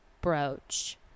Brooch